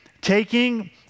taking